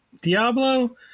Diablo